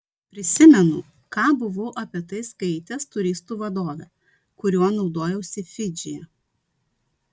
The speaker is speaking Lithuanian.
prisimenu ką buvau apie tai skaitęs turistų vadove kuriuo naudojausi fidžyje